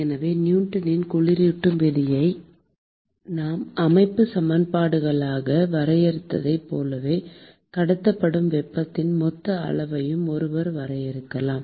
எனவே நியூட்டனின் குளிரூட்டும் விதியை நாம் அமைப்புச் சமன்பாடுகளாக வரையறுத்ததைப் போலவே கடத்தப்படும் வெப்பத்தின் மொத்த அளவையும் ஒருவர் வரையறுக்கலாம்